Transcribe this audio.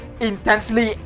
intensely